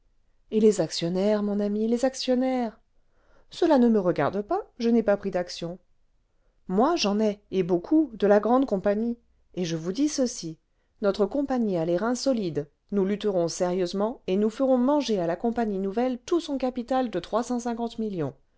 et les actionnaires mon ami les actionnaires cela ne me regarde pas je n'ai pas pris d'actions moi j'en ai et beaucoup de la grande compagnie et je vous dis ceci notre compagnie a les reins solides nous lutterons sérieusement et nous ferons manger à la compagnie nouvelle tout son capital de millions